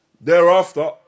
Thereafter